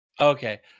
Okay